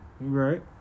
Right